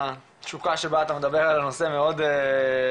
התשוקה שבה אתה מדבר על הנושא מאוד מורגשת.